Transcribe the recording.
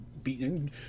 Beaten